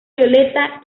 violeta